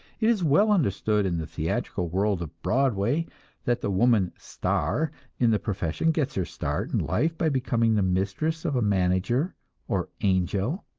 it is well understood in the theatrical world of broadway that the woman star in the profession gets her start in life by becoming the mistress of a manager or angel.